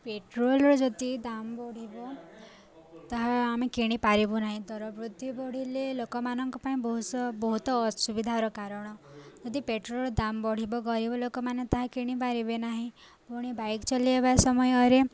ପେଟ୍ରୋଲ୍ର ଯଦି ଦାମ ବଢ଼ିବ ତାହା ଆମେ କିଣିପାରିବୁ ନାହିଁ ଦର ବୃତ୍ତି ବଢ଼ିଲେ ଲୋକମାନଙ୍କ ପାଇଁ ବହୁ ସ ବହୁତ ଅସୁବିଧାର କାରଣ ଯଦି ପେଟ୍ରୋଲ୍ର ଦାମ ବଢ଼ିବ ଗରିବ ଲୋକମାନେ ତାହା କିଣିପାରିବେ ନାହିଁ ପୁଣି ବାଇକ୍ ଚଲାଇବା ସମୟରେ